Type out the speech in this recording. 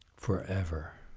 forever